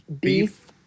beef